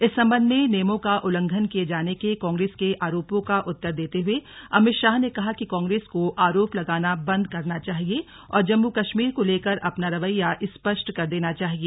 इस संबंध में नियमों का उल्लंघन किये जाने के कांग्रेस के आरोपों का उत्तर देते हुए अमित शाह ने कहा कि कांग्रेस को आरोप लगाना बंद करना चाहिए और जम्मू कश्मीर को लेकर अपना रवैया स्पष्ट कर देना चाहिए